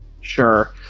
Sure